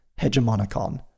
Hegemonicon